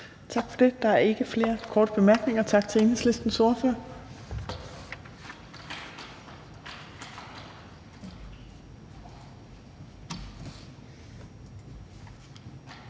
Tak for det. Der er ikke nogen korte bemærkninger til Enhedslistens ordfører.